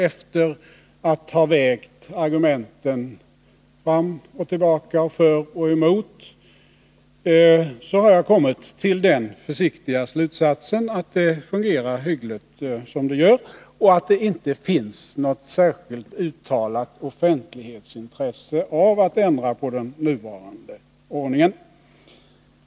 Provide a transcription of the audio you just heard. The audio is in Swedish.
Efter att ha vägt argumenten för och emot fram och tillbaka har jag kommit fram till den försiktiga slutsatsen, att det fungerar hyggligt som det är och att det inte finns något särskilt uttalat offentlighetsintresse av en ändring av den nuvarande ordningen.